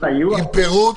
עם פירוט,